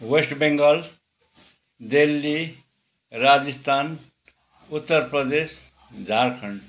West Bengal Delhi Rajasthan Uttar Pradesh Jharkhand